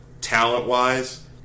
Talent-wise